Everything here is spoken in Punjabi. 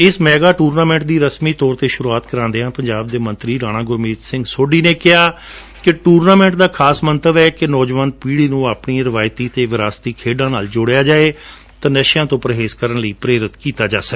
ਇਸ ਮੇਗਾ ਟੂਰਨਾਮੈਂਟ ਦੀ ਰਸਮੀ ਤੌਰ ਤੇ ਸ਼ੁਰੂਆਤ ਕਰਵਾਊਦਿਆਂ ਪੰਜਾਬ ਦੇ ਮੰਤਰੀ ਰਾਣਾ ਗੁਰਮੀਤ ਸਿੰਘ ਸੋਢੀ ਨੇ ਕਿਹਾ ਕਿ ਟੂਰਨਾਮੈਂਟ ਦਾ ਖਾਸ ਮੰਤਵ ਹੈ ਕਿ ਨੌਜਵਾਨ ਪੀੜ੍ਹੀ ਨੂੰ ਆਪਣੀਆਂ ਰਿਵਾਇਤੀ ਅਤੇ ਵਿਰਾਸਤੀ ਖੇਡਾਂ ਨਾਲ ਜੋੜਿਆ ਜਾਵੇ ਅਤੇ ਨਸ਼ਿਆਂ ਤੇ ਪਰਹੇਜ ਕਰਣ ਲਈ ਪ੍ਰੇਰਤ ਕੀਤਾ ਜਾਵੇ